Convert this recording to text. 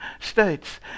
states